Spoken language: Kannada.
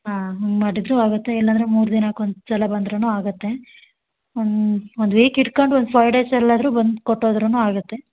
ಹಾಂ ಹಂಗ್ ಮಾಡಿದರೂ ಆಗುತ್ತೆ ಇಲ್ಲಾಂದರೆ ಮೂರು ದಿನಕ್ಕೆ ಒಂದು ಸಲ ಬಂದ್ರೂ ಆಗುತ್ತೆ ಒಂದು ವೀಕ್ ಇಟ್ಕೊಂಟು ಒಂದು ಫೈವ್ ಡೇಸಲ್ಲಾದರೂ ಬಂದು ಕೊಟ್ಟೋದ್ರೂ ಆಗುತ್ತೆ